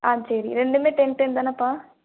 ஆ சரி ரெண்டும் ten ten தானேப்பா